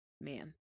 man